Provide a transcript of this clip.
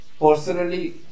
personally